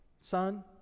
son